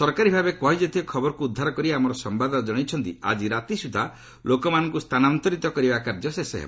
ସରକାରୀ ଭାବେ କୁହାଯାଇଥିବା ଖବରକୁ ଉଦ୍ଧାର କରି ଆମର ସମ୍ଭାଦଦାତା ଜଣାଇଛନ୍ତି ଆଜି ରାତି ସୁଦ୍ଧା ଲୋକମାନଙ୍କୁ ସ୍ଥାନାନ୍ତରିତ କରିବା କାର୍ଯ୍ୟ ଶେଷ ହେବ